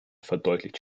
verdeutlicht